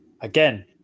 Again